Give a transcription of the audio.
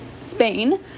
Spain